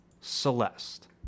Celeste